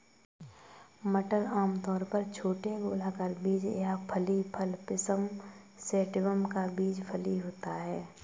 मटर आमतौर पर छोटे गोलाकार बीज या फली फल पिसम सैटिवम का बीज फली होता है